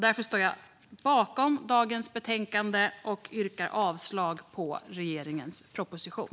Därför står jag bakom dagens betänkande och yrkar avslag på regeringens proposition.